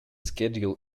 schedule